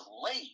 late